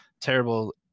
terrible